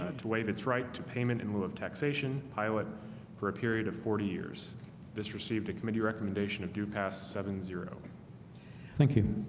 to waive its right to payment in lieu of taxation pilot for a period of forty years this received a committee recommendation of do pass seven zero thank you.